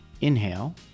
Inhale